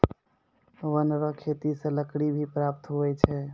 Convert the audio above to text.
वन रो खेती से लकड़ी भी प्राप्त हुवै छै